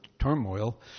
turmoil